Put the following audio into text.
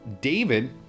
David